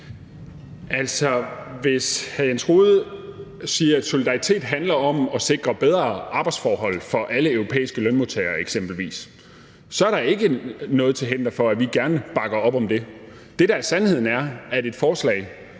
Hvis hr. Jens Rohde siger, at solidaritet handler om at sikre bedre arbejdsforhold for alle europæiske lønmodtagere eksempelvis, er der ikke noget til hinder for, at vi gerne bakker op om det. Det, der er sandheden, er, at et forslag